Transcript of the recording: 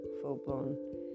full-blown